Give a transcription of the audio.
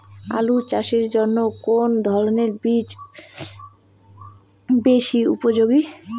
আলু চাষের জন্য কোন ধরণের বীজ বেশি উপযোগী?